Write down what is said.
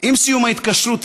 עם סיום ההתקשרות,